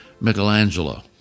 Michelangelo